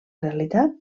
realitat